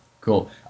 Cool